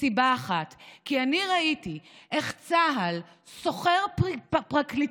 מסיבה אחת: כי אני ראיתי איך צה"ל שוכר פרקליטים